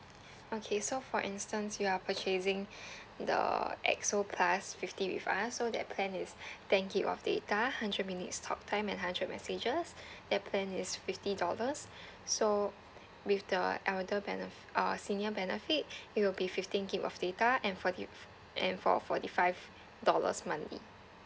okay so for instance you are purchasing the X O plus fifty with us so that plan is ten GIG of data hundred minutes talk time and hundred messages that plan is fifty dollars so with the elder benef~ uh senior benefit it will be fifteen GIG of data and forty f~ and for forty five dollars monthly